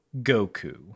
Goku